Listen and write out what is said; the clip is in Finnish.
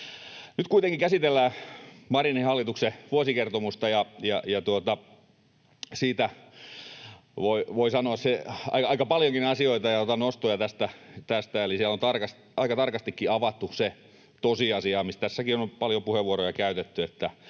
Nyt kuitenkin käsitellään Marinin hallituksen vuosikertomusta, ja siitä voi sanoa aika paljonkin asioita. Otan nostoja tästä. Siellä on aika tarkastikin avattu se tosiasia, mistä tässäkin on paljon puheenvuoroja käytetty,